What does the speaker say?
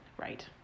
right